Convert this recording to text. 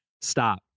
stop